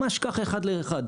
ממש כך, אחד לאחד.